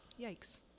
Yikes